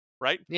Right